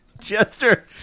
Jester